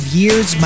years